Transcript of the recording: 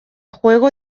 juego